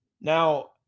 Now